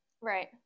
Right